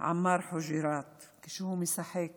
עמאר חוג'יראת כשהוא משחק